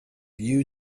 you